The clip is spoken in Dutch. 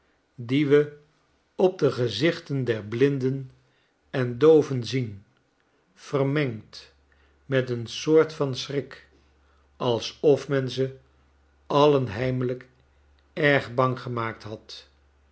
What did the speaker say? die we op de gezichten der blinden en dooven zien vermengd met een soort van schrik alsof men ze alien heimelijk erg bang gemaakt had